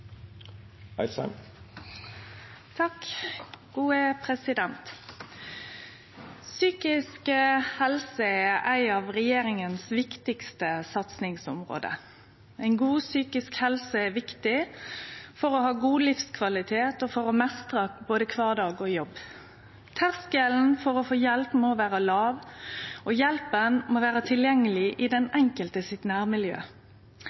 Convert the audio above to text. Psykisk helse er eit av dei viktigaste satsingsområda til regjeringa. Ei god psykisk helse er viktig for å ha god livskvalitet og for å meistre både kvardag og jobb. Terskelen for å få hjelp må vere låg, og hjelpa må vere tilgjengeleg i nærmiljøet til den